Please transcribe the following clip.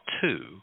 two